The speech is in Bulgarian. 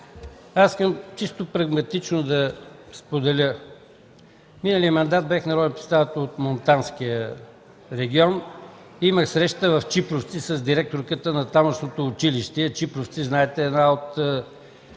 Искам чисто прагматично да споделя. Миналия мандат бях народен представител от Монтанския регион и имах среща в Чипровци с директорката на тамошното училище. Чипровци, знаете, е една от